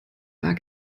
war